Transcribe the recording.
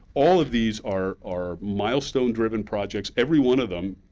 all of these are are milestone-driven projects. every one of them,